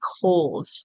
cold